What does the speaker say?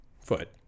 foot